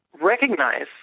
recognize